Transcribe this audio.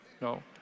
No